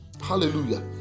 Hallelujah